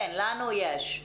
לנו יש.